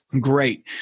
Great